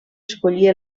escollir